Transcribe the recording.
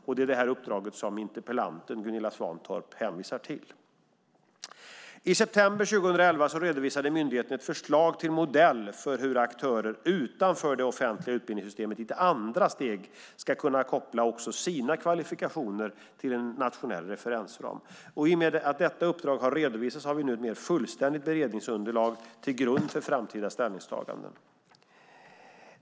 Det är detta uppdrag som interpellanten Gunilla Svantorp hänvisar till. I september 2011 redovisade myndigheten ett förslag till modell för hur aktörer utanför det offentliga utbildningssystemet i ett andra steg ska kunna koppla också sina kvalifikationer till en nationell referensram. I och med att detta uppdrag har redovisats har vi nu ett mer fullständigt beredningsunderlag till grund för framtida ställningstaganden.